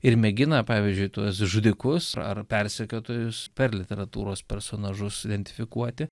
ir mėgina pavyzdžiui tuos žudikus ar persekiotojus per literatūros personažus identifikuoti